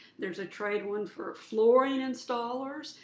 there's a trade one for flooring installers.